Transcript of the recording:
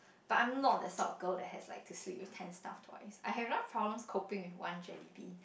but I'm not that type of girls that has like to sleep with ten soft toys I have enough problems coping with one jellybeans